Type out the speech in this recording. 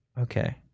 Okay